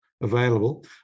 available